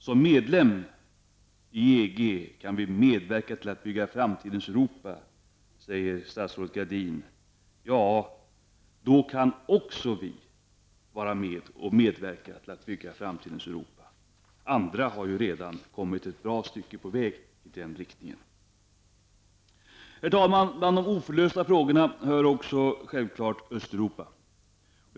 Som medlem i EG kan vi medverka till att bygga framtidens Europa, säger statsrådet Gradin. Ja, då kan också vi medverka till att bygga framtidens Europa; andra har ju redan kommit ett bra stycke på väg i den riktningen. Herr talman! Till de olösta frågorna hör självfallet Östeuropa.